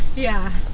yeah,